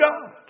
God